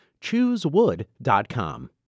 Choosewood.com